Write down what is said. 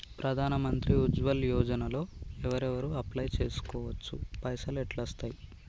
ప్రధాన మంత్రి ఉజ్వల్ యోజన లో ఎవరెవరు అప్లయ్ చేస్కోవచ్చు? పైసల్ ఎట్లస్తయి?